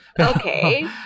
Okay